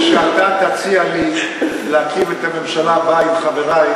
כשאתה תציע לי להקים את הממשלה הבאה עם חברי,